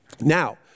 Now